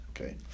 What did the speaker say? okay